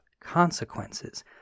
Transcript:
consequences